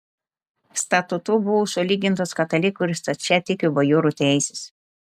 statutu buvo sulygintos katalikų ir stačiatikių bajorų teisės